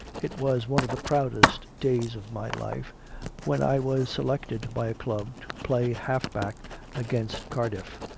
it was one of the proudest days of my life when i was selected by a club to play half-back against cardiff.